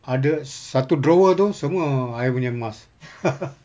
ada satu drawer itu semua I punya mask